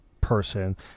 person